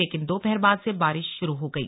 लेकिन दोपहर बाद से बारिश शुरू हो गई